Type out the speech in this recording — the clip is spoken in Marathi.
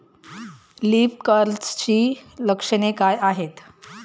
लीफ कर्लची लक्षणे काय आहेत?